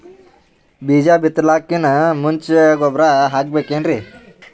ಬೀಜ ಬಿತಲಾಕಿನ್ ಮುಂಚ ಗೊಬ್ಬರ ಹಾಕಬೇಕ್ ಏನ್ರೀ?